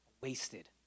Wasted